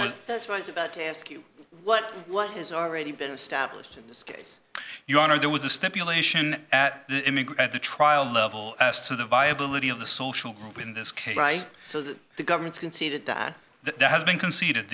was about to ask you what what has already been established in this case your honor there was a stipulation at the trial level as to the viability of the social group in this case right so that the government's conceded that that has been conceded